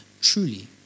truly